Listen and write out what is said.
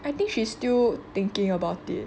I think she is still thinking about it